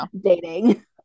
dating